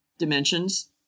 dimensions